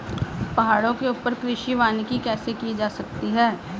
पहाड़ों के ऊपर कृषि वानिकी कैसे की जा सकती है